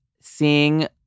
seeing